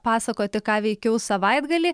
pasakoti ką veikiau savaitgalį